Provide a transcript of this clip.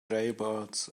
jailbirds